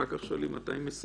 אחר כך שואלים, מתי מסיימים.